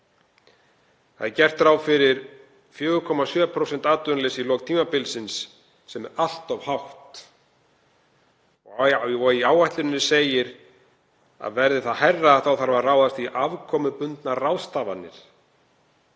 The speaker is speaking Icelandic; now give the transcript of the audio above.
Gert er ráð fyrir 4,7% atvinnuleysi í lok tímabilsins, sem er allt of hátt og í áætluninni segir að verði það hærra þurfi að ráðast í afkomubundnar ráðstafanir.